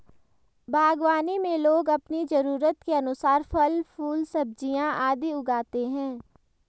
बागवानी में लोग अपनी जरूरत के अनुसार फल, फूल, सब्जियां आदि उगाते हैं